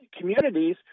communities